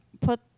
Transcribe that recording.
put